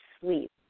sleep